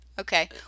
Okay